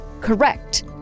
correct